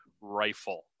rifle